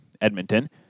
Edmonton